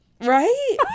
right